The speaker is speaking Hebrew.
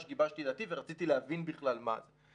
גיבשתי את דעתי ורציתי להבין בכלל מה זה.